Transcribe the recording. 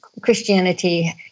Christianity